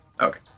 Okay